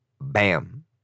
bam